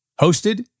Hosted